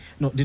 no